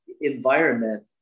environment